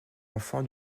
enfant